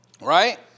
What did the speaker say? Right